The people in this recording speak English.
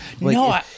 No